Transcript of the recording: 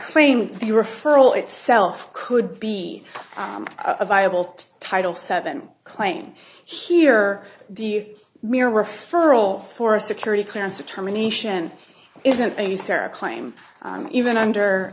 claim the referral itself could be a viable title seven claim here the mere referral for a security clearance determination isn't a new sarah claim even under